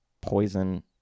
Poison